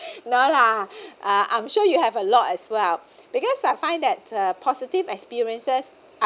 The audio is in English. no lah uh I'm sure you have a lot as well because I find that uh positive experiences uh